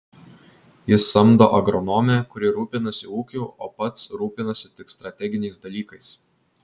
jis samdo agronomę kuri rūpinasi ūkiu o pats rūpinasi tik strateginiais dalykais